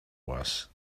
was